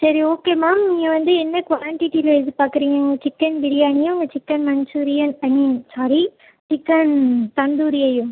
சரி okay ma'am நீங்க வந்து என்ன குவாண்டிட்டியில் எதிர்பார்க்குறிங்க உங்கள் சிக்கன் பிரியாணியும் உங்கள் சிக்கன் மஞ்சூரியன் ஐ மீன் சாரி சிக்கன் தந்தூரியையும்